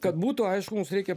kad būtų aišku mums reikia